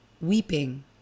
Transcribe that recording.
weeping